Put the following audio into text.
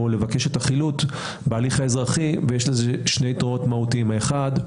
לבקש את החילוט בהליך האזרחי כאשר יש לזה שני יתרונות מהותיים: האחד,